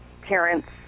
parents